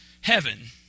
heaven